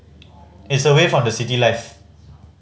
it's away from the city life